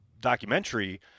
documentary